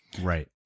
right